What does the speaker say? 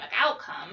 outcome